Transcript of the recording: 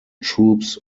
troops